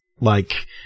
Like-